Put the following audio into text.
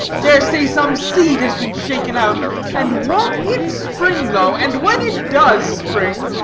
dare say some seed has been shaken out and won't it spring though? and when it does spring,